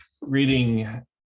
reading